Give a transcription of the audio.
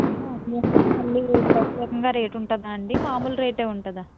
అందులోనా మళ్ళీ ప్రత్యేకంగా రేట్ ఉంటుందా అండి మామూలు రేట్ ఉంటుందా